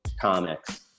comics